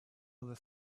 other